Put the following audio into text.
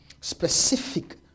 specific